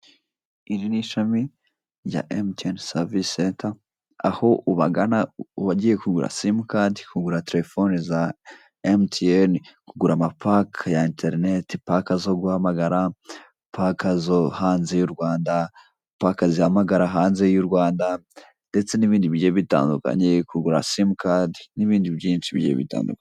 Iri ni ishami rya emutiyeni savise senta, aho ubagana ugiye kugura simu kadi, kugura telefoni za emutiyeni, kugura amapaki ya interineti, paki zo guhamagara, paki zihamagara hanze y'u Rwanda, ndetse n'ibindi bigiye bitandukanye. Kugura simu kadi n'ibindi byinshi bigiye bitandukanye.